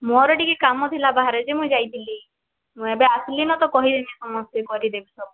ମୋର୍ ଟିକେ କାମ୍ ଥିଲା ବାହାରେ ଯେ ମୁଇଁ ଯାଇଥିଲି ମୁଇଁ ଏବେ ଆସ୍ଲିନ ତ କହିଦେବି ସମସ୍ତଙ୍କୁ କରିଦେବେ ସବୁ